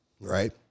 right